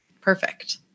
Perfect